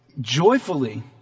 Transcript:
joyfully